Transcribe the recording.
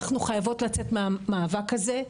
אנחנו חייבות לצאת מהמאבק הזה,